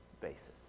basis